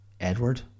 Edward